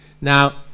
now